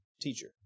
teacher